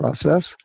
process